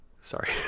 sorry